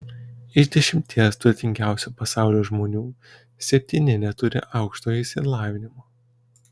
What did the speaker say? iš dešimties turtingiausių pasaulio žmonių septyni neturi aukštojo išsilavinimo